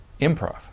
Improv